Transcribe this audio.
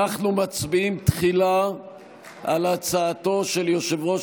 אנחנו מצביעים תחילה על הצעתו של יושב-ראש